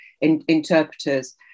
interpreters